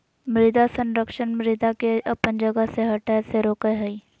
मृदा संरक्षण मृदा के अपन जगह से हठय से रोकय हइ